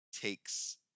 takes